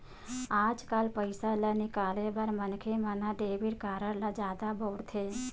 आजकाल पइसा ल निकाले बर मनखे मन ह डेबिट कारड ल जादा बउरथे